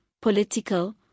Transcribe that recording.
political